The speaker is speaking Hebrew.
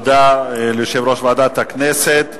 תודה ליושב-ראש ועדת הכנסת.